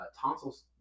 tonsils